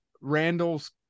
Randall's